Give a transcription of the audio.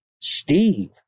Steve